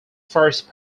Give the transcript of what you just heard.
first